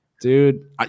dude